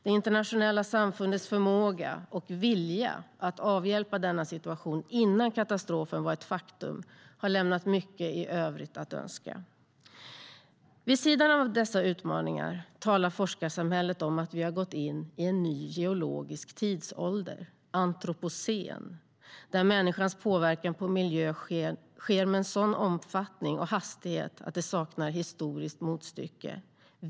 Det internationella samfundets förmåga och vilja att avhjälpa denna situation innan katastrofen var ett faktum har lämnat mycket övrigt att önska. Vid sidan av dessa utmaningar talar forskarsamhället om att vi gått in i en ny geologisk tidsålder, antropocen, där människans påverkan på miljön sker med en sådan omfattning och hastighet att det saknar historiskt motstycke.